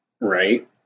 Right